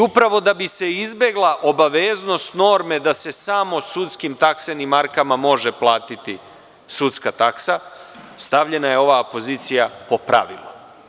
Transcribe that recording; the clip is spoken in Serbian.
U pravo da bi se izbegla obaveznost norme da se samo sudskim taksama može platiti sudska taksa stavljena je ova apozicija po pravilu.